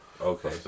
okay